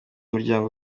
muryango